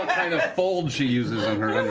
kind of fold she uses in her